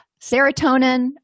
Serotonin